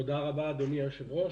תודה רבה, אדוני היושב-ראש.